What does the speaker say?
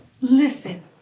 Listen